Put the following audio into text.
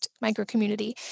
micro-community